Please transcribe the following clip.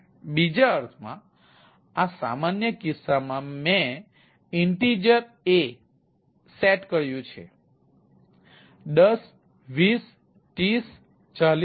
બીજા અર્થમાં આ સામાન્ય કિસ્સામાં મેં ઇન્ટેજર્સ A સેટ કર્યું છે 10 20304050